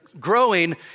growing